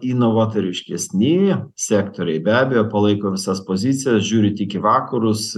inovatoriškesni sektoriai be abejo palaiko visas pozicijas žiūri tik į vakarus